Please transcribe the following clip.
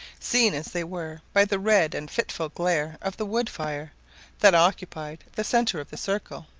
seen as they were by the red and fitful glare of the wood-fire that occupied the centre of the circle.